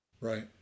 Right